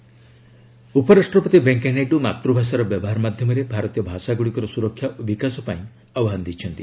VP mother tongue ଉପରାଷ୍ଟ୍ରପତି ଭେଙ୍କୟା ନାଇଡୁ ମାତୃଭାଷାର ବ୍ୟବହାର ମାଧ୍ୟମରେ ଭାରତୀୟ ଭାଷାଗୁଡ଼ିକର ସୁରକ୍ଷା ଓ ବିକାଶ ପାଇଁ ଆହ୍ପାନ ଦେଇଛନ୍ତି